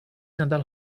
nadal